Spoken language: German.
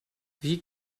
wie